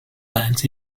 lands